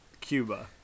Cuba